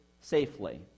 safely